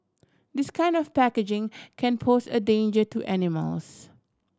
this kind of packaging can pose a danger to animals